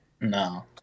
no